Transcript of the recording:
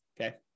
Okay